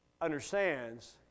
understands